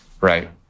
right